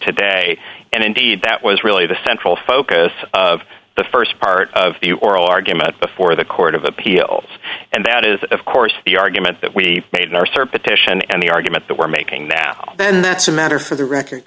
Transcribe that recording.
today and indeed that was really the central focus of the st part of the oral argument before the court of appeal and that is of course the argument that we made in our serpent titian and the argument that we're making now and that's a matter for the record